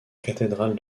cathédrale